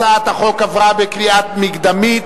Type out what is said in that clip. אני קובע שהצעת החוק עברה בקריאה מקדמית,